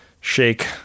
shake